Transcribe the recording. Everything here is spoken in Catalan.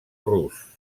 rus